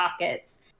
pockets